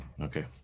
Okay